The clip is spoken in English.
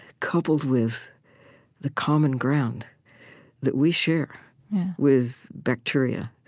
coupled with the common ground that we share with bacteria,